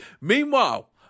Meanwhile